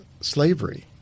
slavery